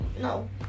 No